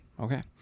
Okay